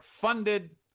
funded